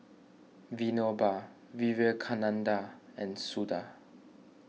Vinoba Vivekananda and Suda